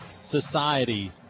Society